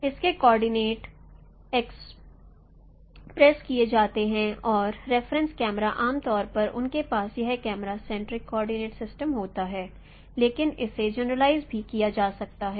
इसके coordinate express किए जाते हैं और रेफरेंस कैमरा आमतौर पर उनके पास यह कैमरा सेंटरिक कोऑर्डिनेट सिस्टम होता है लेकिन इसे जनरलाइज भी किया जा सकता है